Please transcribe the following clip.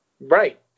Right